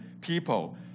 people